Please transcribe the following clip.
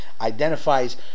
identifies